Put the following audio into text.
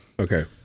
Okay